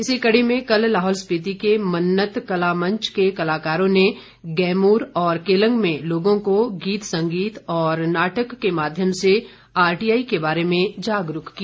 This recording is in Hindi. इसी कड़ी में कल लाहौल स्पिति के मन्नत कला मंच के कलाकारों ने गैमूर और केलंग में लोगों को गीत संगीत और नाटक के माध्यम से आरटीआई के बारे में जागरूक किया